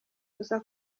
uza